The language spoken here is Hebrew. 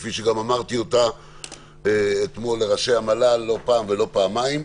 כפי שגם אמרתי אותה אתמול לראשי המל"ל לא פעם ולא פעמיים,